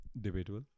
Debatable